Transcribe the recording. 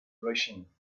rushing